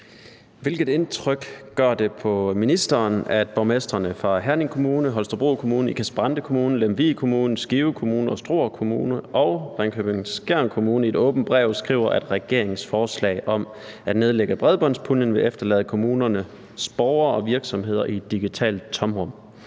Hvilket indryk gør det på ministeren, at borgmestrene fra Herning Kommune, Holstebro Kommune, Ikast-Brande Kommune, Lemvig Kommune, Skive Kommune, Struer Kommune og Ringkøbing-Skjern Kommune i et åbent brev skriver, at regeringens forslag om at nedlægge bredbåndspuljen vil efterlade kommunernes borgere og virksomheder i et digitalt tomrum?